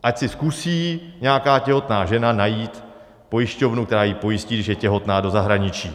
Ať si zkusí nějaká těhotná žena najít pojišťovnu, která ji pojistí, když je těhotná, do zahraničí.